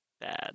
Bad